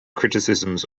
criticisms